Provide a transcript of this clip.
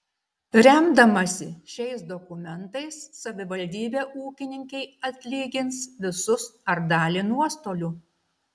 remdamasi šiais dokumentais savivaldybė ūkininkei atlygins visus ar dalį nuostolių